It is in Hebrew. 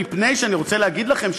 אני רוצה להגיד לכם,